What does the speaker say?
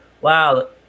wow